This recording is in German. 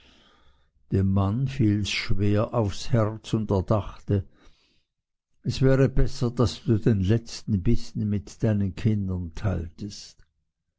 dem mann fiels schwer aufs herz und er dachte es wäre besser daß du den letzten bissen mit deinen kindern teiltest